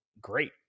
great